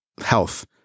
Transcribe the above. health